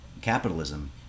Capitalism